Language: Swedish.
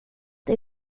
det